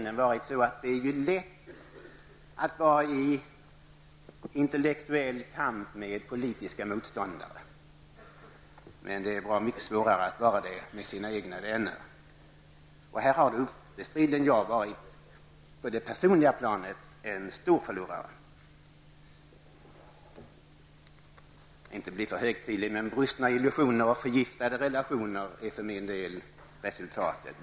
Det är lätt i en intellektuell kamp med politiska motståndare. Men det är bra mycket svårare när det gäller de egna vännerna. Här har jag obestridligen på det personliga planet varit en stor förlorare. Detta får inte bli för högtidligt. Men brustna illusioner och förgiftade relationer är för min del resultatet.